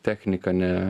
technika ne